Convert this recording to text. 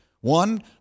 One